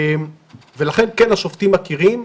לכן השופטים מכירים,